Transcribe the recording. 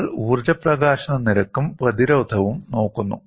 നമ്മൾ ഊർജ്ജ പ്രകാശന നിരക്കും പ്രതിരോധവും നോക്കുന്നു